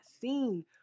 seen